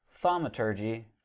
Thaumaturgy